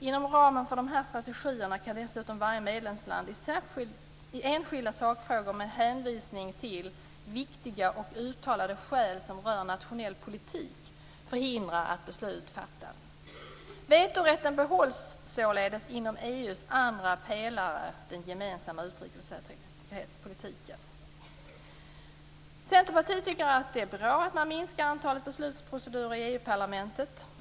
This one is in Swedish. Inom ramen för dessa strategier kan dessutom varje medlemsland i enskilda sakfrågor, med hänvisning till "viktiga och uttalade skäl som rör nationell politik", förhindra att beslut fattas. Vetorätten behålls således inom EU:s andra pelare, den gemensamma utrikes och säkerhetspolitiken. Vi i Centerpartiet tycker att det är bra att antalet beslutsprocedurer minskas i Europaparlamentet.